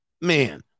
Man